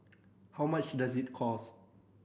how much does it cost